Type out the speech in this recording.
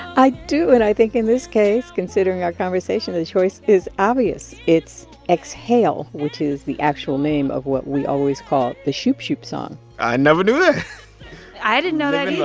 i do. and, i think, in this case, considering our conversation, the choice is obvious. it's exhale, which is the actual name of what we always call the shoop-shoop song i never knew that i didn't know that,